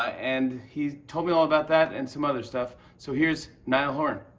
and he told me all about that and some other stuff. so here's niall horan.